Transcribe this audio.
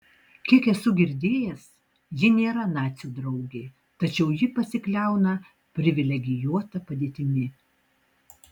kiek esu girdėjęs ji nėra nacių draugė tačiau ji pasikliauna privilegijuota padėtimi